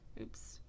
oops